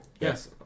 yes